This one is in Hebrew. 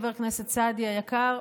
חבר הכנסת סעדי היקר,